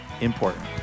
important